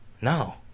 No